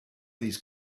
these